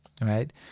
right